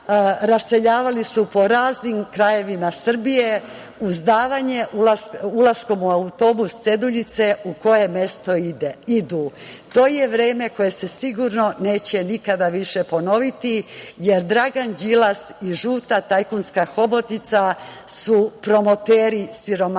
raseljavali su po raznim krajevima Srbije, uz davanje ulaskom u autobus ceduljice u koje mesto idu. To je vreme koje se sigurno neće nikada više ponoviti, jer Dragan Đilas i žuta tajkunska hobotnica su promoteri siromaštva